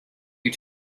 you